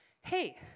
hey